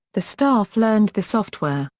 the staff learned the software,